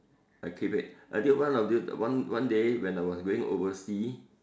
I keep it until one of these one one day when I was going overseas